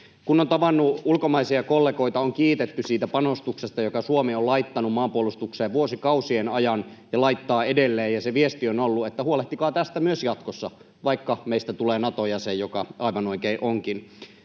Kun on tavannut ulkomaisia kollegoita, on kiitetty siitä panostuksesta, jonka Suomi on laittanut maanpuolustukseen vuosikausien ajan ja laittaa edelleen, ja se viesti on ollut, että huolehtikaa tästä myös jatkossa, vaikka meistä tulee Nato-jäsen, mikä aivan oikein onkin.